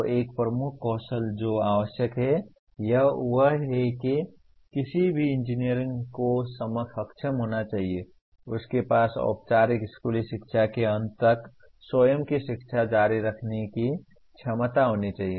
तो एक प्रमुख कौशल जो आवश्यक है वह यह है कि किसी भी इंजीनियर को सक्षम होना चाहिए उसके पास औपचारिक स्कूली शिक्षा के अंत तक स्वयं की शिक्षा जारी रखने की क्षमता होनी चाहिए